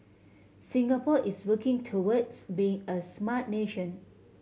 Singapore is working towards being a smart nation